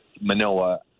Manoa